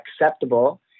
acceptable